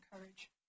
courage